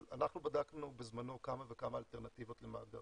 אבל אנחנו בדקנו בזמנו כמה וכמה אלטרנטיבות למאגרים,